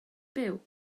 byw